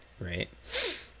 right